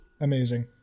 Amazing